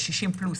ב-60 פלוס,